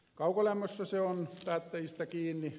kaukolämmössä se on päättäjistä kiinni